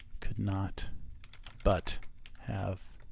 could not but have